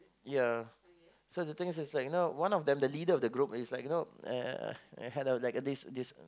ya so the things is like you know one of them the leader of the group is like you know uh had a like a this this